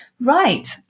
Right